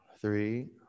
three